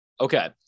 Okay